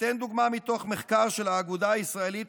אתן דוגמה מתוך מחקר של האגודה הישראלית